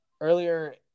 earlier